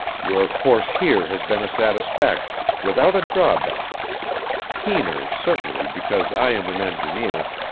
your course here has been a satisfaction, without a drawback keener, certainly, because i am an engineer,